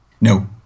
No